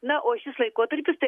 na o šis laikotarpis tai